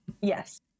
Yes